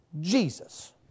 Jesus